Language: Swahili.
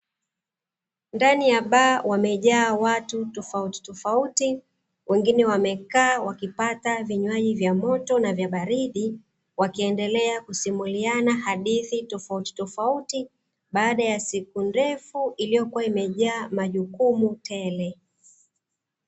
Ndani ya baa wamejaa watu tofautitofauti wengine wamekaa wakipata vinywaji vya moto na vya baridi, wakiendelea kusimuliana hadithi tofautitofauti baada ya siku ndefu iliyokuwa imejaa majukumu tele.